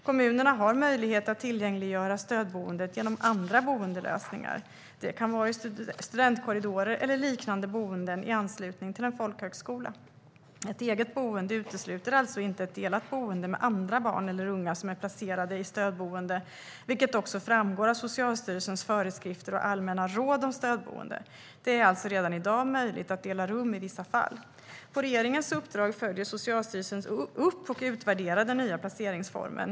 Kommunerna har möjlighet att tillgängliggöra stödboenden genom andra boendelösningar. Det kan vara studentkorridorer eller liknande boenden i anslutning till en folkhögskola. Ett eget boende utesluter alltså inte ett delat boende med andra barn eller unga som är placerade i stödboende, vilket också framgår av Socialstyrelsens föreskrifter och allmänna råd om stödboende. Det är alltså redan i dag möjligt att dela rum i vissa fall. På regeringens uppdrag följer Socialstyrelsen upp och utvärderar den nya placeringsformen.